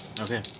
Okay